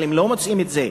אבל הם לא מוצאים את זה.